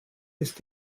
ist